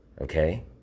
okay